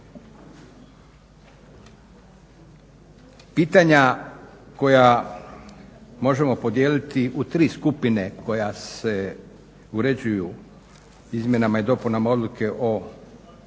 Pitanja koja možemo podijeliti u tri skupine, koja se uređuju izmjenama i dopunama Odluke o